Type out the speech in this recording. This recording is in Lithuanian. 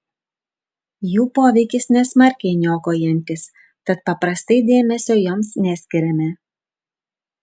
jų poveikis nesmarkiai niokojantis tad paprastai dėmesio joms neskiriame